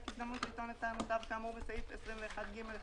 הזדמנות לטעון את טענותיו כאמור בסעיף 21ג1(ב)